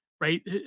right